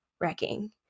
wrecking